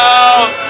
out